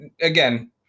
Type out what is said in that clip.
again